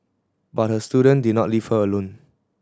but her student did not leave her alone